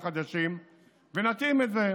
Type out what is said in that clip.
והחדשים ונתאים את זה.